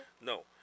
No